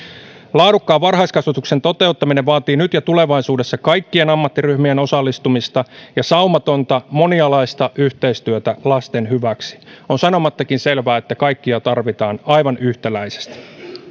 laadukkaan varhaiskasvatuksen toteuttaminen vaatii nyt ja tulevaisuudessa kaikkien ammattiryhmien osallistumista ja saumatonta ja monialaista yhteistyötä lasten hyväksi on sanomattakin selvää että kaikkia tarvitaan aivan yhtäläisesti